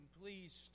please